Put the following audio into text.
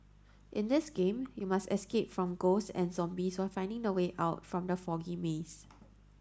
in this game you must escape from ghosts and zombies while finding the way out from the foggy maze